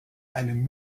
einem